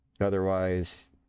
Otherwise